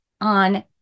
on